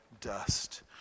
dust